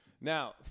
Now